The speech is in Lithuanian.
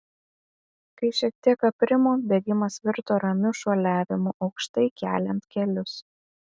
kai šiek tiek aprimo bėgimas virto ramiu šuoliavimu aukštai keliant kelius